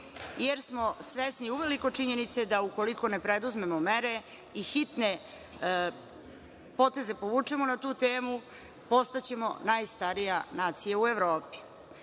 jer smo svesni uveliko činjenice da ukoliko ne preduzmemo mere i hitne poteze povučemo na tu temu postaćemo najstarija nacija u Evropi.U